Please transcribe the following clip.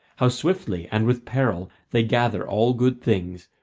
how swiftly and with peril they gather all good things,